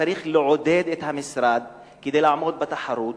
צריך לעודד את המשרד לעמוד בתחרות